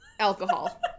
alcohol